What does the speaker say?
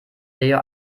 leo